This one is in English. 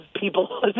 people